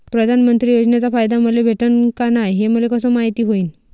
प्रधानमंत्री योजनेचा फायदा मले भेटनं का नाय, हे मले कस मायती होईन?